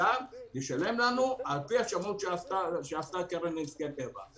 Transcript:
לשלם לנו על פי השומות שקבעה הקרן לנזקי טבע.